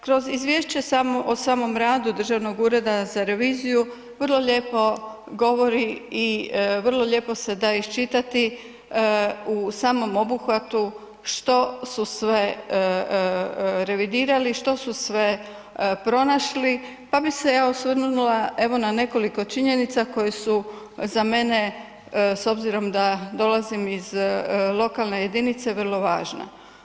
Kroz izvješće o samom radu Državnog ureda za reviziju, vrlo lijepo govori i vrlo lijepo se da iščitati u samom obuhvatu što su sve revidirali, što su sve pronašli pa bi se ja osvrnula evo na nekoliko činjenica koje su za mene s obzirom da dolazim iz lokalne jedinice, vrlo važne.